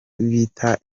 bita